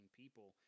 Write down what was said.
people